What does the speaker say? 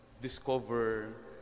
discover